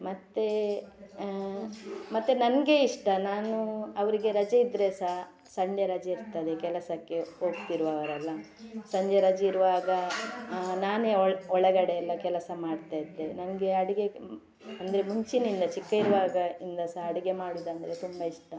ಮತ್ತು ಮತ್ತು ನನಗೆ ಇಷ್ಟ ನಾನು ಅವರಿಗೆ ರಜೆ ಇದ್ದರೆ ಸಹ ಸಂಡೆ ರಜೆ ಇರ್ತದೆ ಕೆಲಸಕ್ಕೆ ಹೋಗ್ತಿರುವವರೆಲ್ಲ ಸಂಜೆ ರಜೆ ಇರುವಾಗ ನಾನೇ ಒಳ ಒಳಗಡೆ ಎಲ್ಲ ಕೆಲಸ ಮಾಡ್ತಾಯಿದ್ದೆ ನನಗೆ ಅಡುಗೆ ಅಂದರೆ ಮುಂಚಿನಿಂದ ಚಿಕ್ಕ ಇರುವಾಗ ಇಂದ ಸಹ ಅಡುಗೆ ಮಾಡೋದೆಂದ್ರೆ ತುಂಬ ಇಷ್ಟ